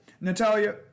Natalia